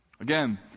again